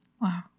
Wow